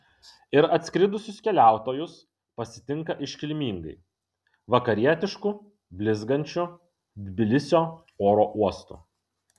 ir atskridusius keliautojus pasitinka iškilmingai vakarietišku blizgančiu tbilisio oro uostu